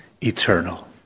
eternal